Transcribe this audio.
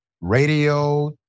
radio